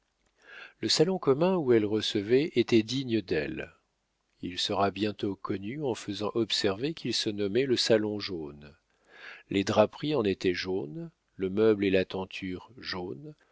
le salon commun où elle recevait était digne d'elle il sera bientôt connu en faisant observer qu'il se nommait le salon jaune les draperies en étaient jaunes le meuble et la tenture jaunes